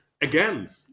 again